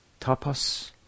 tapas